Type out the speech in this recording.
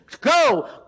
go